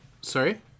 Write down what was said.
Sorry